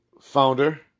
founder